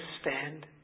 stand